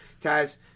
Taz